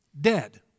Dead